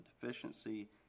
deficiency